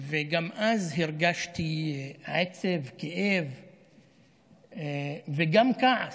וגם אז הרגשתי עצב, כאב וגם כעס: